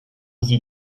sie